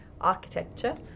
architecture